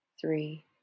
three